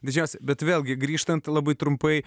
dėžės bet vėlgi grįžtant labai trumpai